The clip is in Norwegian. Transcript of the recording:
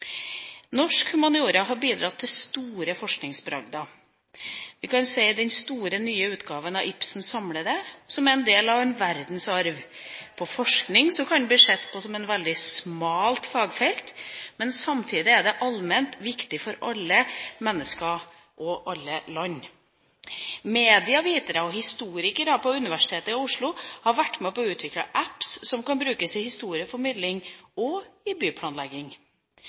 Norsk humaniora har bidratt til store forskningsbragder. Vi kan nevne den store nye utgaven av Ibsens samlede, som er en del av en verdensarv. Innen forskning kan det bli sett på som et veldig smalt fagfelt, men samtidig er det allment viktig for alle mennesker og alle land. Medievitere og historikere på Universitetet i Oslo har vært med på å utvikle «apps» som kan brukes i historieformidling og i byplanlegging.